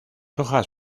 hojas